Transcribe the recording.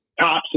tops